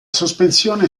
sospensione